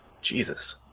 Jesus